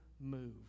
move